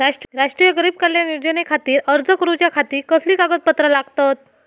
राष्ट्रीय गरीब कल्याण योजनेखातीर अर्ज करूच्या खाती कसली कागदपत्रा लागतत?